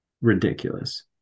ridiculous